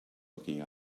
looking